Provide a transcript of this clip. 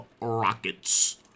rockets